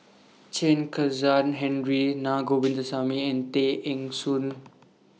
Chen Kezhan Henri Na Govindasamy and Tay Eng Soon